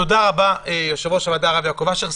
תודה רבה, יושב-ראש הוועדה, הרב יעקב אשר.